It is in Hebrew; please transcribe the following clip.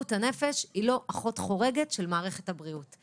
בריאות הנפש היא לא אחות חורגת של מערכת הבריאות.